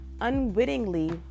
unwittingly